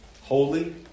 holy